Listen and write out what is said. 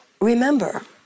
remember